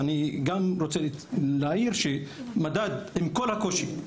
אני גם רוצה להעיר שעם כל הקושי,